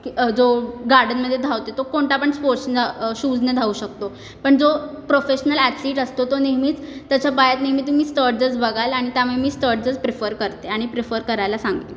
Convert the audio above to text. की जो गार्डनमध्ये धावते तो कोणता पण स्पोर्ट्सनं शूजनं धावू शकतो पण जो प्रोफेशनल ॲथलिट असतो तो नेहमीच त्याच्या पायात नेहमी तुम्ही स्टड्जच बघाल आणि त्यामुळे मी स्टड्जच प्रिफर करते आणि प्रिफर करायला सांगते